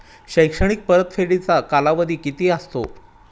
शैक्षणिक परतफेडीचा कालावधी किती असतो?